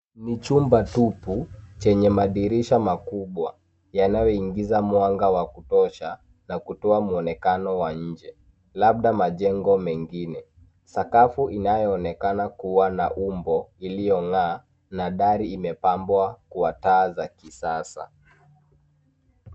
Ni chumba tupu chenye madirisha makubwa yanayoingiza mwanga wa kutosha na kutoa mwonekano wa nje labda majengo mengine. Sakafu inayoonekana kuwa na umbo iliyong'aa na dari imepambwa kwa taa za kisasa.